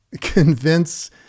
convince